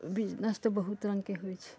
business तऽ बहुत रङ्गके होइ छै